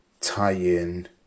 tie-in